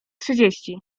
trzydzieści